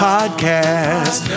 Podcast